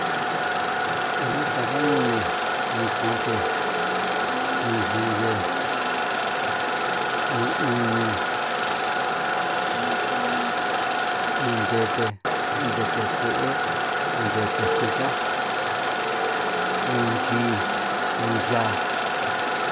Inris takañunu nuu koto, nuu yuye, nuu ino, iin ndete, iin ndete kué, uun ndete exteka, nunchi, nuu ya'a.